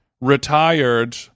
retired